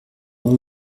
bon